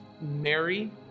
Mary